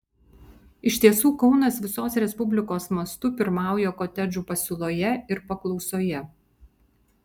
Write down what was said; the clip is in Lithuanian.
iš tiesų kaunas visos respublikos mastu pirmauja kotedžų pasiūloje ir paklausoje